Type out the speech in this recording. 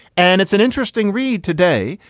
and it's an interesting read today.